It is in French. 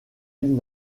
ville